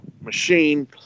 machine